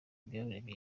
imiyoborere